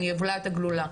אני אבלע את הגלולה,